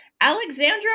Alexandra